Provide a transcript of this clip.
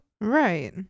Right